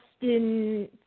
Justin